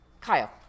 Kyle